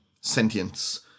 sentience